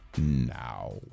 Now